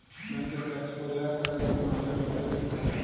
ব্যাংকে ট্যাক্স পরিহার করার জন্যহে অলেক লোকই চেষ্টা করে